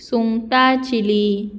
सुंगटां चिली